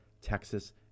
texas